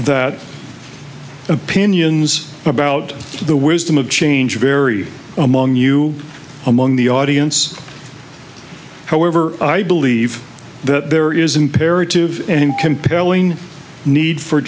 that opinions about the wisdom of change are very among you among the audience however i believe that there is imperative and compelling need for